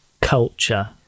culture